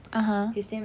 (uh huh)